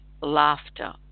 laughter